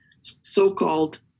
so-called